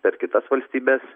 per kitas valstybes